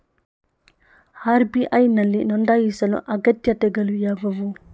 RBI ನಲ್ಲಿ ನೊಂದಾಯಿಸಲು ಅಗತ್ಯತೆಗಳು ಯಾವುವು?